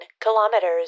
kilometers